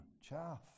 chaff